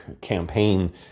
campaign